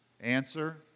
Answer